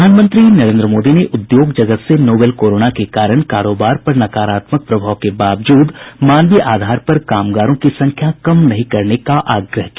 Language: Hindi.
प्रधानमंत्री नरेंद्र मोदी ने उद्योग जगत से नोवल कोरोना के कारण कारोबार पर नकारात्मक प्रभाव के बावजूद मानवीय आधार पर कामगारों की संख्या कम नहीं करने का आग्रह किया